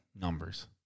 numbers